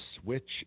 switch